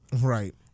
right